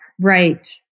Right